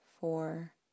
four